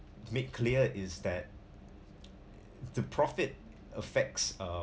make clear is that the profit affects uh